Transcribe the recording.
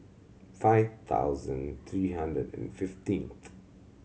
five thousand three hundred and fifteenth